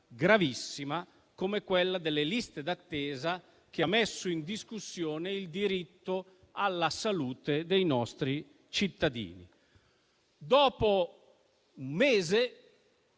gravissima, come quella delle liste d'attesa, che ha messo in discussione il diritto alla salute dei nostri cittadini. Dopo un mese,